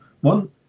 one